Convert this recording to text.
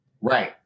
Right